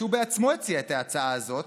שהוא בעצמו הציע את ההצעה הזאת,